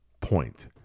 point